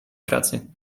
pracy